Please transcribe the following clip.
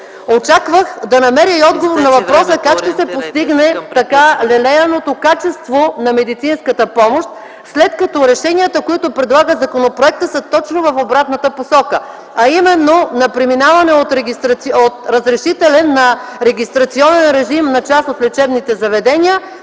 Очаквах да намеря отговор на въпроса: как ще се постигне тъй лелеяното качество на медицинската помощ? Защото решенията, които предлага законопроектът, са точно в обратната посока – на преминаване от разрешителен на регистрационен режим на част от лечебните заведения